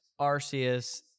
Arceus